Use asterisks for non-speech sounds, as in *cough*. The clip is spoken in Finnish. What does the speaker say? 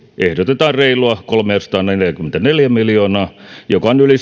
ehdotetaan reilua kolmesataaneljäkymmentäneljä miljoonaa joka on yli *unintelligible*